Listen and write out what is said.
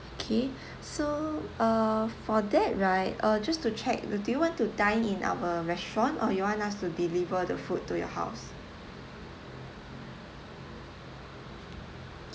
okay so uh for that right uh just to check do you want to dine in our restaurant or you want us to deliver the food to your house